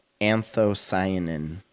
Anthocyanin